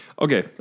Okay